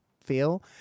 feel